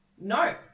no